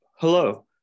Hello